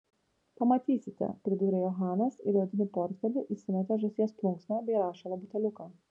pamatysite pridūrė johanas ir į odinį portfelį įsimetė žąsies plunksną bei rašalo buteliuką